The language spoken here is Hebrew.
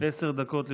עשר דקות לרשותך,